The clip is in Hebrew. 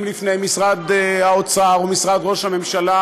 לפני משרד האוצר ומשרד ראש הממשלה,